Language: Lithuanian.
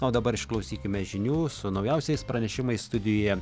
o dabar išklausykime žinių su naujausiais pranešimais studiją